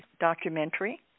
documentary